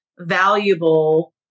valuable